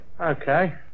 Okay